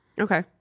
Okay